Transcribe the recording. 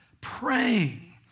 Praying